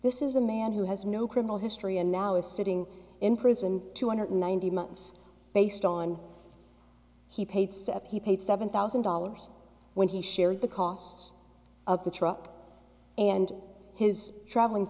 this is a man who has no criminal history and now is sitting in prison two hundred ninety months based on he paid cept he paid seven thousand dollars when he shared the cost of the truck and his traveling